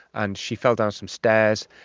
and she fell down some stairs,